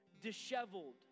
disheveled